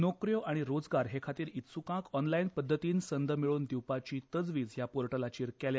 नोकऱ्यो आनी रोजगार हे खातीर इत्सुकांक ऑनलायन पध्दतीन संद मेळोवन दिवपाची तजवीज ह्या पोर्टलाचेर केल्या